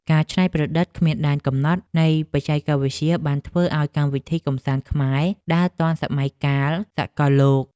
ការច្នៃប្រឌិតគ្មានដែនកំណត់នៃបច្ចេកវិទ្យាបានធ្វើឱ្យកម្មវិធីកម្សាន្តខ្មែរដើរទាន់សម័យកាលសកលលោក។